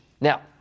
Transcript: Now